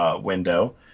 window